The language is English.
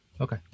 Okay